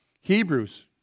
Hebrews